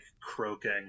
croaking